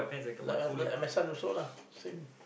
like other like my son also lah same